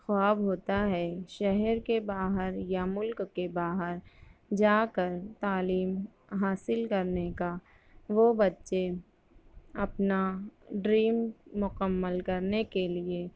خواب ہوتا ہے شہر کے باہر یا ملک کے باہر جا کر تعلیم حاصل کرنے کا وہ بچے اپنا ڈریم مکمل کرنے کے لیے